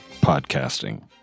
podcasting